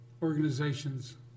organizations